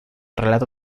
relato